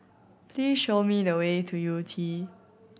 please show me the way to Yew Tee